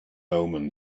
omen